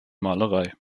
malerei